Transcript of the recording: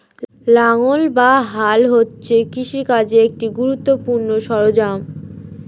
লাঙ্গল বা হাল হচ্ছে কৃষিকার্যের একটি খুবই গুরুত্বপূর্ণ সরঞ্জাম